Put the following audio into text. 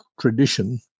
tradition